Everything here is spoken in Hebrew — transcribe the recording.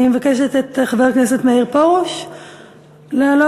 אני מבקשת מחבר הכנסת מאיר פרוש לעלות.